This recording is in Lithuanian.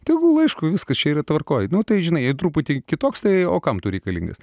tegul aišku viskas čia yra tvarkoj nu tai žinai jei truputį kitoks tai o kam tu reikalingas